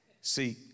See